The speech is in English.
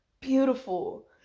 beautiful